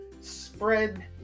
spread